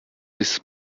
his